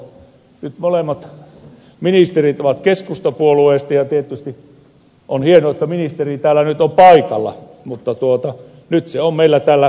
nyt molemmat ministerit ovat keskustapuolueesta ja tietysti on hienoa että ministeri täällä nyt on paikalla mutta nyt se laki on meillä täällä käsittelyssä